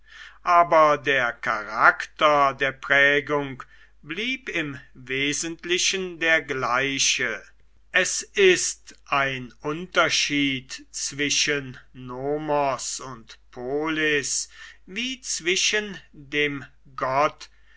aber der charakter der prägung blieb im wesentlichen der gleiche es ist ein unterschied zwischen nomos und polis wie zwischen dem gott